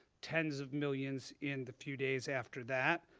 tens of millions in the few days after that,